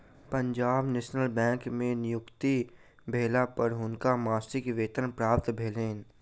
Punjab national bank में नियुक्ति भेला पर हुनका मासिक वेतन प्राप्त भेलैन